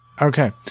Okay